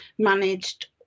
managed